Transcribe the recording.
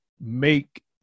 make